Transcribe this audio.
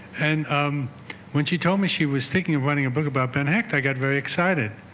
and um when she told me she was thinking of writing a book about ben hecht i got very excited